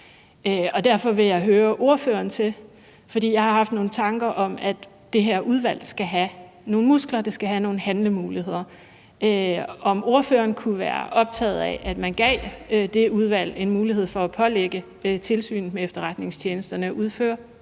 men det er det eneste, vi kan gøre. Jeg har haft nogle tanker om, at det her udvalg skal have nogle muskler; det skal have nogle handlemuligheder. Derfor vil jeg høre ordføreren, om ordføreren kunne være optaget af, at man gav det udvalg en mulighed for at pålægge Tilsynet med Efterretningstjenesterne at udføre